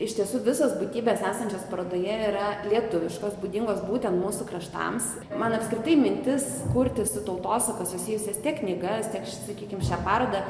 iš tiesų visos būtybės esančios parodoje yra lietuviškos būdingos būtent mūsų kraštams man apskritai mintis kurti su tautosaka susijusias tiek knygas tiek sakykim šią parodą